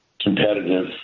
competitive